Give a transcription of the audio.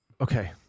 Okay